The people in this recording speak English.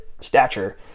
stature